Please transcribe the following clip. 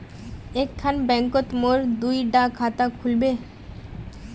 एक खान बैंकोत मोर दुई डा खाता खुल बे?